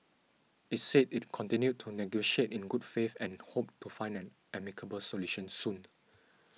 it said it continued to negotiate in good faith and hoped to find an amicable solution soon